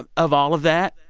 of of all of that,